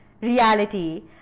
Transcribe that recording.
reality